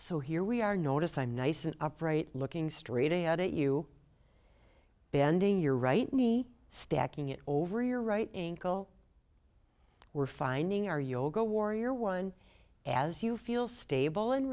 so here we are notice i'm nice an upright looking straight ahead at you bending your right knee stacking it over your right angle we're finding our yoga warrior one as you feel stable and